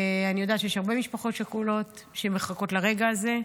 אני יודעת שיש הרבה משפחות שכולות שמחכות לרגע הזה,